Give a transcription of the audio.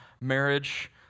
marriage